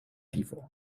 vivo